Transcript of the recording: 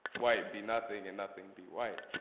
white be nothing and nothing be white.